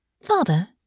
Father